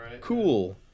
Cool